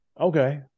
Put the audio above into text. Okay